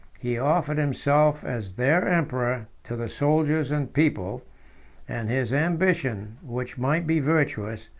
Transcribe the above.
he offered himself as their emperor to the soldiers and people and his ambition, which might be virtuous,